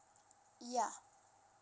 yeah